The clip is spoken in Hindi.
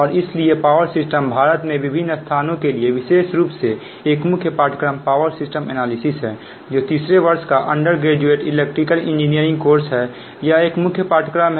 और इसलिए पावर सिस्टम भारत में विभिन्न स्थानों के लिए विशेष रूप से एक मुख्य पाठ्यक्रम पावर सिस्टम एनालिसिस है जो तीसरे वर्ष का undergraduate electrical engineering course है यह एक मुख्य पाठ्यक्रम है